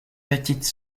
petite